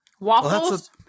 Waffles